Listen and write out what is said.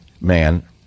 man